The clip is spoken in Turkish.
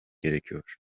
gerekiyor